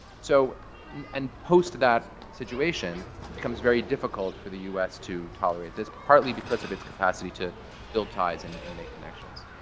so and post-that situation, it becomes very difficult for the us to tolerate this, partly because of its capacity to build ties and and make connections.